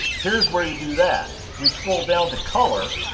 here's where you do that. we scroll down to color,